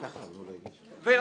ולכן,